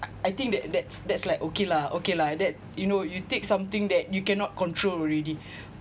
I think that that's that's like okay lah okay lah that you know you take something that you cannot control already